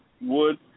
wood